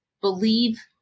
believe